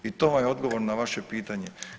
I to vam je odgovor na vaše pitanje.